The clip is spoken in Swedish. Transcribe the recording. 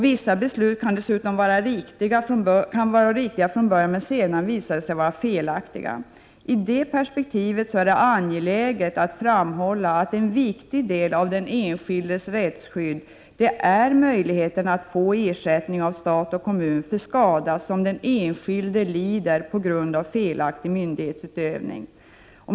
Vissa beslut kan vara riktiga från början men sedan visa sig vara felaktiga. I det perspektivet är det angeläget att framhålla att en viktig del av den enskildes rättsskydd är möjligheten att få ersättning av stat och kommun för skada som den enskilde lider på grund av felaktig myndighetsutövning.